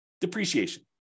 depreciation